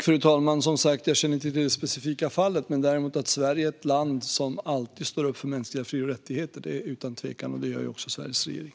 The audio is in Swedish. Fru talman! Jag känner som sagt inte till det specifika fallet. Men Sverige står utan tvekan alltid står upp för mänskliga fri och rättigheter, och det gör också Sveriges regering.